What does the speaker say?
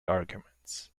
arguments